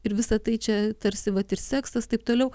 ir visa tai čia tarsi vat ir seksas taip toliau